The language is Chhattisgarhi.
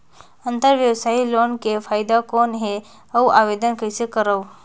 अंतरव्यवसायी लोन के फाइदा कौन हे? अउ आवेदन कइसे करव?